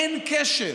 אין קשר.